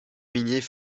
minier